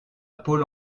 pôle